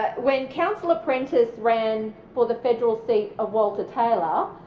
when councillor prentice ran for the federal seat of walter-taylor,